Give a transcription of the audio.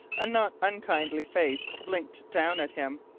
a not unkindly face blinked down at him,